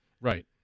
Right